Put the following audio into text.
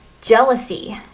Jealousy